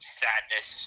sadness